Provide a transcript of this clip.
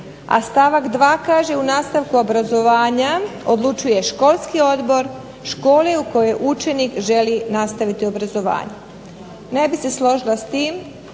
A stavak 2. kaže u nastavku obrazovanja odlučuje školski odbor škole u kojoj učenik želi nastaviti obrazovanje. Ne bih se složila s tim.